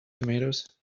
tomatoes